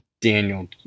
Daniel